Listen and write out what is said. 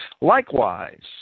Likewise